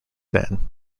then